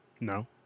No